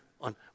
on